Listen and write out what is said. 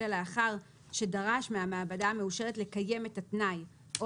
אלא לאחר שדרש מהמעבדה המאושרת לקיים את התנאי או